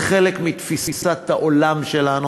זה חלק מתפיסת העולם שלנו.